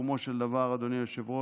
לסיכומו של דבר, אדוני היושב-ראש,